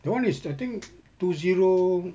the one is I think two zero